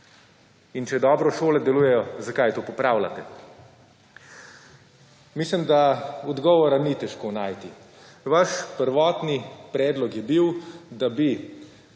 In če dobro šole delujejo, zakaj to popravljati. Mislim, da odgovora ni težko najti. Vaš prvotni predlog je bil, da bi